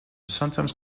sometimes